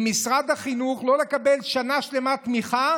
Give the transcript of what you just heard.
ממשרד החינוך, לא לקבל שנה שלמה תמיכה